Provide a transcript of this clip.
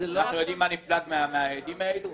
אנחנו יודעים מה נפלט מהאדים האלה?